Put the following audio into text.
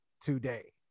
today